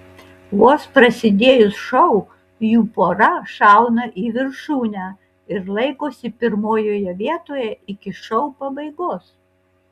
vos prasidėjus šou jų pora šauna į viršūnę ir laikosi pirmojoje vietoje iki šou pabaigos